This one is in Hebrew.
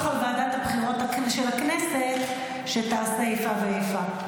על ועדת הבחירות של הכנסת שתעשה איפה ואיפה.